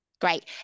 Great